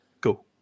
Go